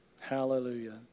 hallelujah